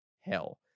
hell